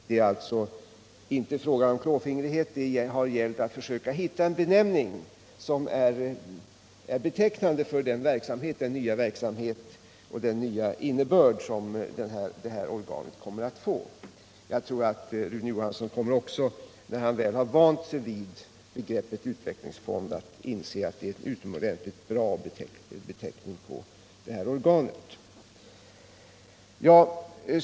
Det är alltså inte fråga om klåfingrighet, utan det har gällt att försöka hitta en benämning som är betecknande för den nya verksamhet och den nya innebörd som det här organet kommer att få. Jag tror att även Rune Johansson, när han väl har vant sig vid begreppet ”utvecklingsfonder”, kommer att inse att det är en utomordentligt bra beteckning på det här organet.